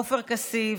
עופר כסיף,